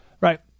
right